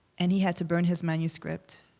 and he had to burn his manuscript,